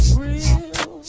real